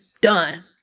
done